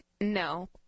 No